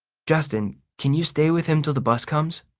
justin, can you stay with him till the bus comes?